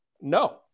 No